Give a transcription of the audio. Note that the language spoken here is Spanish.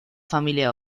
familia